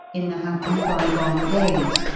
in the happy bygone days,